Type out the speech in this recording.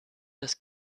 das